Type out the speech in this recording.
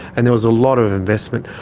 and there was a lot of investment.